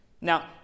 Now